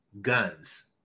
guns